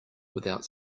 without